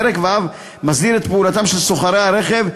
פרק ו' מסדיר את פעולתם של סוחרי הרכב,